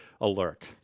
alert